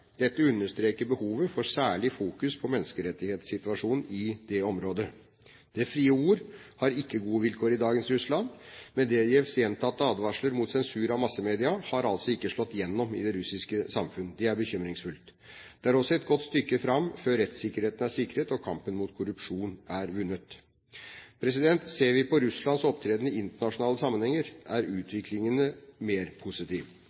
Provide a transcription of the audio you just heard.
Dette understreker behovet for særlig fokus på menneskerettighetssituasjonen i det området. Det frie ord har ikke gode vilkår i dagens Russland. Medvedevs gjentatte advarsler mot sensur av massemedia har altså ikke slått igjennom i det russiske samfunnet. Det er bekymringsfullt. Det er også et godt stykke fram før rettssikkerheten er sikret, og kampen mot korrupsjon er vunnet. Ser vi på Russlands opptreden i internasjonale sammenhenger, er utviklingen mer